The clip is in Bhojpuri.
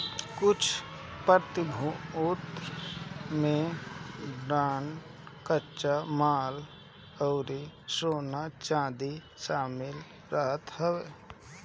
कुछ प्रतिभूति में बांड कच्चा माल अउरी सोना चांदी शामिल रहत हवे